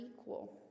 equal